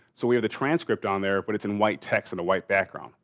so, we have the transcript on there, but it's in white text on a white background.